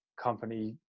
company